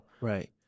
Right